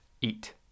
eat